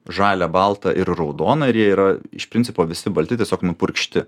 žalią baltą ir raudoną ir jie yra iš principo visi balti tiesiog nupurkšti